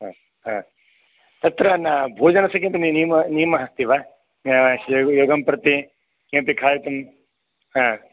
तत्र न भोजनस्य अपि नियमः नियमः अस्ति वा योगं प्रति किमपि खादितुं ह